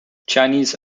chinese